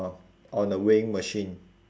on a weighing machine